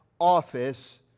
office